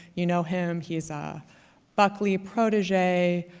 you know him. he's a buckley protege,